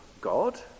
God